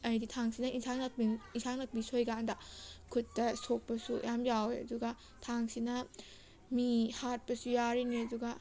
ꯍꯥꯏꯗꯤ ꯊꯥꯡꯁꯤꯅ ꯏꯟꯁꯥꯡ ꯅꯤꯄꯤ ꯏꯟꯁꯥꯡ ꯅꯤꯄꯤ ꯁꯣꯏꯀꯥꯟꯗ ꯈꯨꯠꯇ ꯁꯣꯛꯄꯁꯨ ꯌꯥꯝ ꯌꯥꯎꯑꯦ ꯑꯗꯨꯒ ꯊꯥꯡꯁꯤꯅ ꯃꯤ ꯍꯥꯠꯄꯁꯨ ꯌꯥꯔꯤꯅꯤ ꯑꯗꯨꯒ